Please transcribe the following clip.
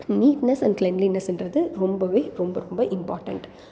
neatness and கிளென்லினஸ்ன்றது ரொம்பவே ரொம்ப ரொம்ப இம்பார்ட்டண்ட்